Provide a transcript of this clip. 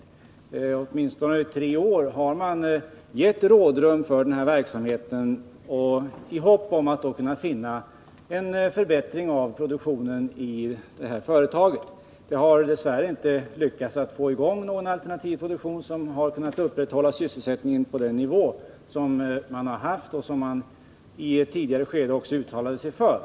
Under åtminstone tre år har rådrum givits för den här verksamheten i hopp om att man skulle kunna komma fram till en förbättring av produktionen i företaget. Det har dess värre inte lyckats att få i gång någon alternativ produktion som medfört att sysselsättningen kunnat upprätthållas på den nivå som man haft och som man i ett tidigare skede också uttalat sig för.